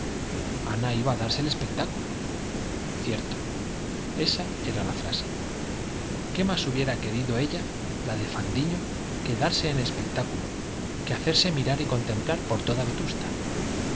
ana iba a darse en espectáculo cierto esa era la frase qué más hubiera querido ella la de fandiño que darse en espectáculo que hacerse mirar y contemplar por toda vetusta